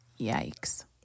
Yikes